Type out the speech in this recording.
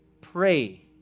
pray